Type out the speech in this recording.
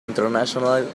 international